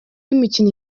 imikino